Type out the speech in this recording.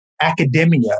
academia